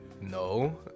No